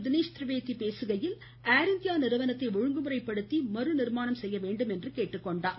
தினேஷ் திரிவேதி பேசுகையில் Air India நிறுவனத்தை ஒழுங்குமுறைப்படுத்தி மறு நிர்மானம் செய்ய வேண்டும் என்று கோரினார்